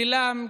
גילם,